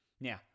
Now